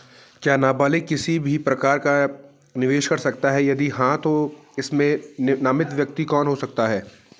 क्या नबालिग किसी भी प्रकार का निवेश कर सकते हैं यदि हाँ तो इसमें नामित व्यक्ति कौन हो सकता हैं?